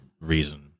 reason